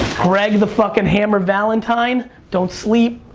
greg the fucking hammer valentine. don't sleep.